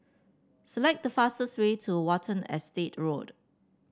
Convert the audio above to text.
select the fastest way to Watten Estate Road